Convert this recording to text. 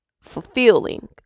fulfilling